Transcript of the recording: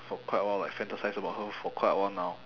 for quite a while like fantasise about her for quite a while now